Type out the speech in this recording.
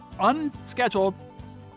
unscheduled